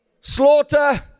slaughter